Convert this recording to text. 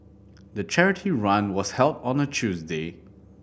the charity run was held on a Tuesday